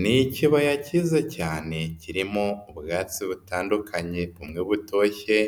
Ni ikibaya kiza cyane kirimo ubwatsi butandukanye, bumwe butoshye,